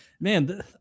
Man